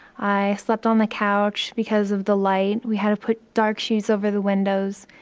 i slept on the couch because of the light. we had to put dark sheets over the windows.